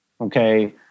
Okay